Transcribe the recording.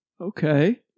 Okay